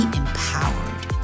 empowered